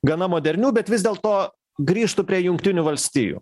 gana modernių bet vis dėlto grįžtu prie jungtinių valstijų